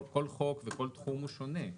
כל חוק וכל תחום הוא שונה.